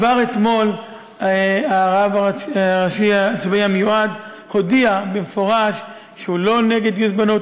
כבר אתמול הרב הראשי הצבאי המיועד הודיע במפורש שהוא לא נגד גיוס בנות,